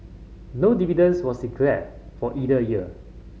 no dividend was declared for either year